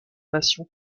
passion